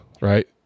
right